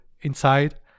inside